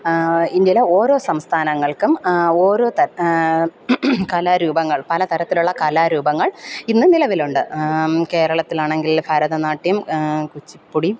ഇന്ത്യയിലെ ഓരോ സംസ്ഥാനങ്ങൾക്കും ഓരോ കലാരൂപങ്ങൾ പലതരത്തിലുള്ള കലാരൂപങ്ങൾ ഇന്ന് നിലവിലുണ്ട് കേരളത്തിലാണെങ്കിൽ ഭരതനാട്യം കുച്ചിപ്പുടി